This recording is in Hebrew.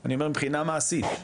אני אומר מבחינה מעשית,